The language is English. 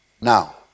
Now